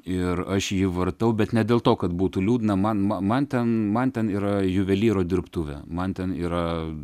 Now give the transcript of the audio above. ir aš jį vartau bet ne dėl to kad būtų liūdna man man ten man ten yra juvelyro dirbtuvė man ten yra